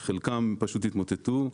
חלקם פשוט יתמוטטו.